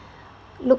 look